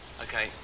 Okay